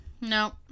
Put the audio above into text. no